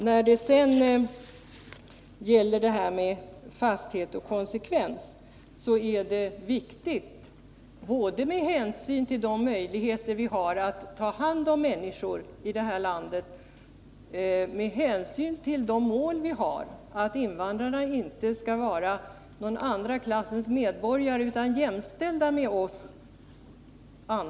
När det sedan gäller fasthet och konsekvens vill jag framhålla att det är viktigt att man handlar så både med hänsyn till de möjligheter vi har att ta hand om människor i det här landet och med hänsyn till de mål vi har att invandrarna inte skall vara några andra klassens medborgare utan jämställda med oss.